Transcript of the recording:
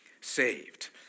saved